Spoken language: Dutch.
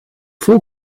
vol